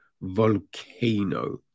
Volcano